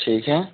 ठीक है